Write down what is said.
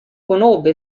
conobbe